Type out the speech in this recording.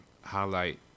highlight